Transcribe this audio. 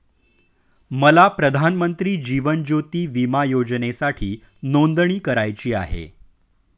मला प्रधानमंत्री जीवन ज्योती विमा योजनेसाठी नोंदणी करायची आहे